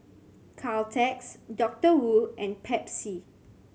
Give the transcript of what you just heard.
Caltex Doctor Wu and Pepsi